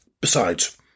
Besides